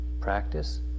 practice